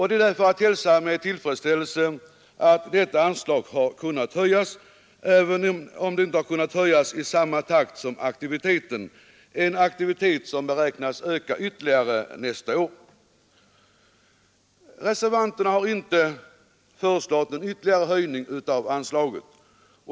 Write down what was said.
Det är att hälsa med tillfredsställelse att anslaget har kunnat höjas, även om det inte kunnat ske i samma takt som aktiviteten, vilken för övrigt beräknas öka ytterligare nästa år. Reservanterna har inte föreslagit någon ytterligare höjning av anslaget.